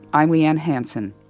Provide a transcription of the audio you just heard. i'm liane hansen.